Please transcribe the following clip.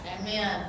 Amen